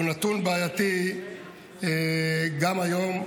והוא נתון בעייתי גם היום,